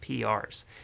pr's